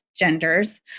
genders